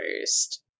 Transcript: first